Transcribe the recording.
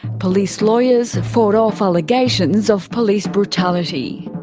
police lawyers fought off allegations of police brutality.